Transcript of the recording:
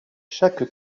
chaque